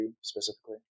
specifically